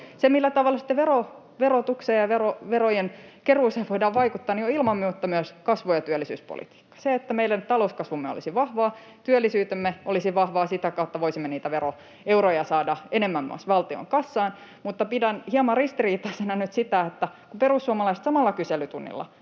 Se, millä tavalla sitten verotukseen ja verojen keruuseen voidaan vaikuttaa, on ilman muuta myös kasvu- ja työllisyyspolitiikkaa, sitä, että meidän talouskasvumme olisi vahvaa, työllisyytemme olisi vahvaa ja sitä kautta voisimme niitä veroeuroja saada enemmän myös valtion kassaan. Mutta pidän hieman ristiriitaisena nyt sitä, että perussuomalaiset samalla kyselytunnilla